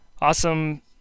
awesome